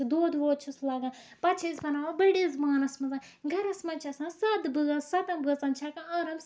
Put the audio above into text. دۄد وۄد چھُس لَگان پَتہٕ چھِ أسۍ بَناوان بٔڑِس بانَس منٛز گرس منٛز چھِ آسان سَتھ بٲژ سَتن بٲژَن چھِ ہیٚکان آرام سان